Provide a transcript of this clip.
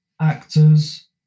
actors